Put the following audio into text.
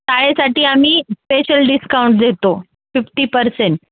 शाळेसाठी आम्ही special discount देतो फिफ्टी पर्सेंट